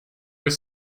was